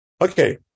Okay